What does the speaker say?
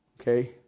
Okay